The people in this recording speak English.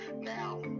Now